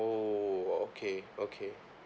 ~[oh] okay okay